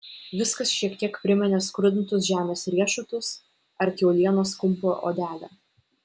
viskas šiek tiek priminė skrudintus žemės riešutus ar kiaulienos kumpio odelę